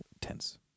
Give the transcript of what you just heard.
tense